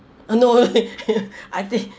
uh no I think